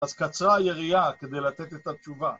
אז קצרה היריעה כדי לתת את התשובה.